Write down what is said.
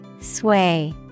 Sway